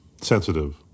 sensitive